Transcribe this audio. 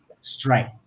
strike